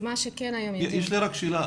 יש לי שאלה,